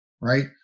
right